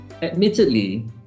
Admittedly